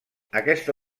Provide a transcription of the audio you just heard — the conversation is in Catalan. aquesta